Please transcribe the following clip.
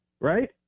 Right